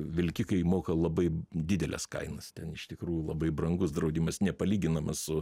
vilkikai moka labai dideles kainas ten iš tikrųjų labai brangus draudimas nepalyginamas su